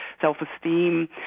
self-esteem